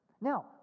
Now